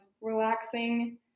relaxing